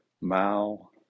Mao